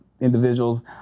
individuals